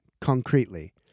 concretely